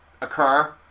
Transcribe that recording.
occur